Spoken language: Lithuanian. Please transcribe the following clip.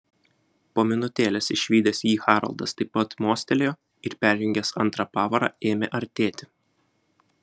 po minutėlės išvydęs jį haroldas taip pat mostelėjo ir perjungęs antrą pavarą ėmė artėti